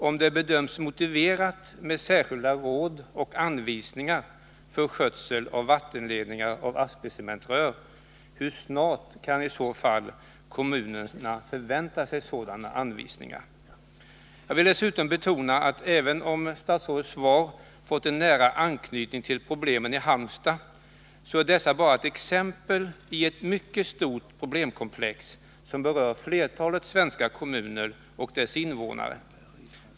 Om det bedöms motiverat med särskilda råd och anvisningar för skötsel av vattenledningar av asbestcementrör, hur snart kan i så fall kommunerna få sådana anvisningar? Jag vill dessutom betona att även om statsrådets svar fått en nära anknytning till problemen i Halmstad är förhållandena där bara ett exempel i ett mycket stort problemkomplex som berör flertalet svenska kommuner och deras invånare.